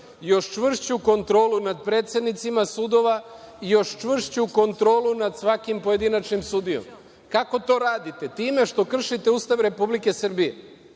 još čvršću kontrolu nad predsednicima sudova i još čvršću kontrolu nad svakim pojedinačnim sudijom. Kako to radite? Time što kršite Ustav Republike Srbije. Ustav